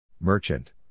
Merchant